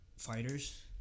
Fighters